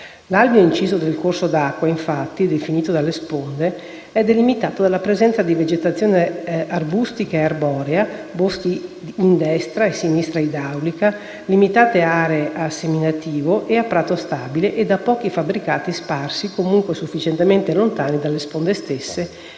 l'alveo inciso del corso d'acqua, definito dalle sponde, è delimitato dalla presenza di vegetazione arbustiva e arborea, boschi in destra e sinistra idraulica, limitate aree a seminativo e a prato stabile e da pochi fabbricati sparsi, comunque sufficientemente lontani dalle sponde stesse